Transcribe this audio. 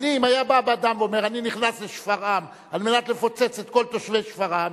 אם היה בא אדם ואומר: אני נכנס לשפרעם על מנת לפוצץ את כל תושבי שפרעם,